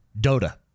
Dota